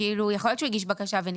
יכול להיות שהוא הגיש בקשה ונדחה.